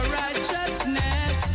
righteousness